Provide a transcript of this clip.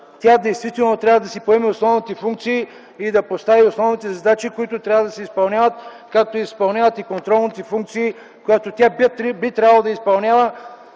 оттук нататък да поеме основните функции и да постави основните задачи, които трябва да се изпълняват, както и да изпълнява контролните функции, които тя би трябвало да изпълнява